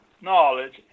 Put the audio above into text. knowledge